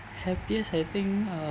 happiest I think uh